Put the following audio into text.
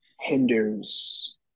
hinders